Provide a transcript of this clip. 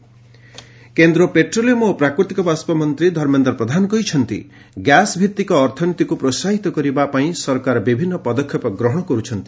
ପ୍ରଧାନ gas economy କେନ୍ଦ୍ର petroleum ଓ ପ୍ରାକୃତିକ ବାଷ୍କମନ୍ତ୍ରୀ ଧର୍ମେନ୍ଦ୍ର ପ୍ରଧାନ କହିଛନ୍ତି ଗ୍ୟାସ ଭିତ୍ତିକ ଅର୍ଥନୀତିକୁ ପ୍ରୋସାହିତ କରିବା ପାଇଁ ସରକାର ବିଭିନ୍ନ ପଦକ୍ଷେପ ଗ୍ରହଣ କରୁଛନ୍ତି